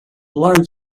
large